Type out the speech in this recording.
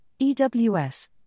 EWS